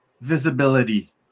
visibility